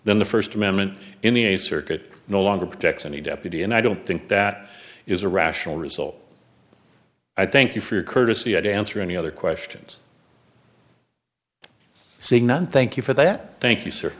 then the first amendment in the eighth circuit no longer protects any deputy and i don't think that is a rational result i thank you for your courtesy i'd answer any other questions seeing none thank you for that thank you sir